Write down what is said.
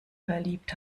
verliebt